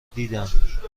دیدم